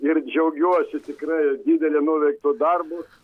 ir džiaugiuosi tikrai dideliu nuveiktu darbu